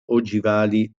ogivali